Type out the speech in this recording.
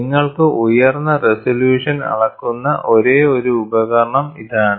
നിങ്ങൾക്ക് ഉയർന്ന റെസല്യൂഷൻ അളക്കുന്ന ഒരേയൊരു ഉപകരണം ഇതാണ്